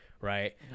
right